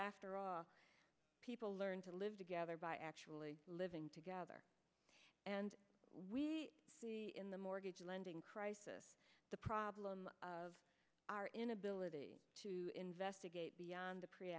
after all people learn to live together by actually living together and we in the mortgage lending crisis the problem of our inability to investigate beyond the pre